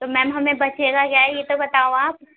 تو میم ہمیں بچے گا کیا یہ تو بتاؤ آپ